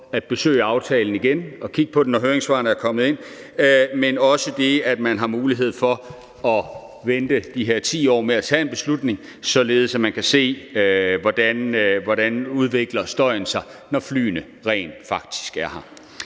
at genbesøge aftalen og kigge på den, når høringssvarene er kommet ind, men også, at man har mulighed for at vente de her 10 år med at tage en beslutning, således at man kan se, hvordan støjen udvikler sig, når flyene rent faktisk er her.